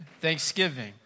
Thanksgiving